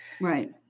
Right